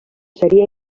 seria